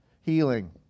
Healing